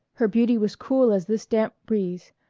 her beauty was cool as this damp breeze,